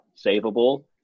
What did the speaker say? savable